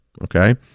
okay